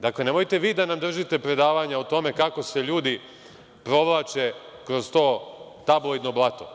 Dakle, nemojte vi da nam držite predavanje o tome kako se ljudi provlače kroz to tabloidno blato.